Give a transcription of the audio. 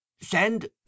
send